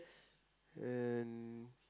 and